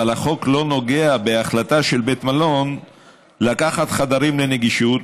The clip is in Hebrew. אבל החוק לא נוגע בהחלטה של בית מלון לקחת חדרים לנגישות,